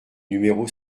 numéro